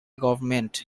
government